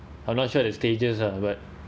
I'm not sure the stages lah but